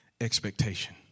expectation